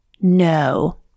No